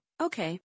Okay